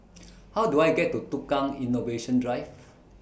How Do I get to Tukang Innovation Drive